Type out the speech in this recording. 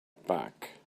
back